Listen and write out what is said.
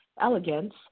elegance